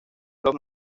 los